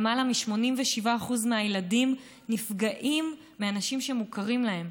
למעלה מ-87% מהילדים נפגעים מאנשים שמוכרים להם,